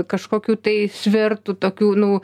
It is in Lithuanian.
kažkokių tai svertų tokių nu